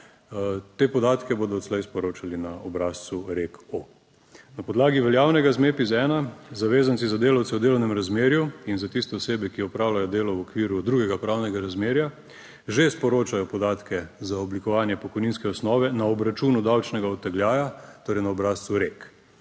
Te podatke bodo odslej sporočali na obrazcu REK-O. Na podlagi veljavnega ZMEPIZ1 zavezanci za delavce v delovnem razmerju in za tiste osebe, ki opravljajo delo v okviru drugega pravnega razmerja, že sporočajo podatke za oblikovanje pokojninske osnove na obračunu davčnega odtegljaja, torej na obrazcu REK.